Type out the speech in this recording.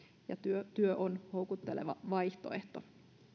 ja työ työ on houkutteleva vaihtoehto